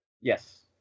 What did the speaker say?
Yes